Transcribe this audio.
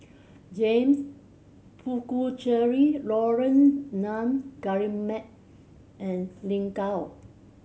James Puthucheary Laurence Nun Guillemard and Lin Gao